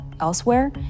elsewhere